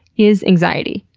is anxiety.